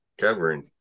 covering